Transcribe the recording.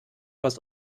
was